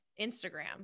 Instagram